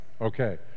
okay